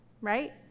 right